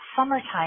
summertime